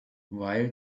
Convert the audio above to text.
while